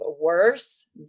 worse